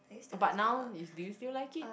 but now do you still like it